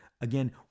Again